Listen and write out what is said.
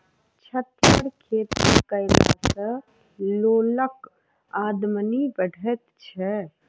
छत पर खेती कयला सॅ लोकक आमदनी बढ़ैत छै